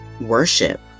worship